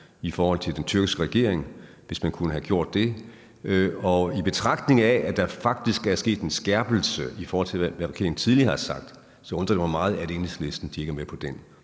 i forhold til den tyrkiske regering, hvis man kunne have gjort det. Og i betragtning af at der faktisk er sket en skærpelse, i forhold til hvad regeringen tidligere har sagt, så undrer det mig meget, at Enhedslisten ikke er med på det